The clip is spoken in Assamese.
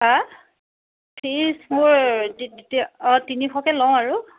হেঁ ফিজ মোৰ অঁ তিনিশকৈ লওঁ আৰু